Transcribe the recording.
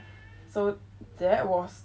so that was